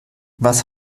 was